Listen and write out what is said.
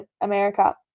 America